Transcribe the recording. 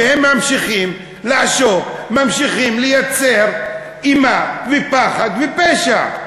והם ממשיכים לעשוק, ממשיכים לייצר אימה ופחד ופשע.